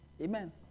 Amen